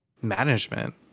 management